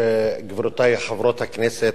גבירותי חברות הכנסת,